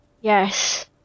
Yes